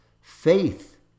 faith